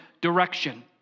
direction